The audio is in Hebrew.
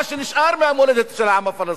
מה שנשאר מהמולדת של העם הפלסטיני.